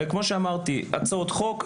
כפי שאמרתי: הצעות חוק,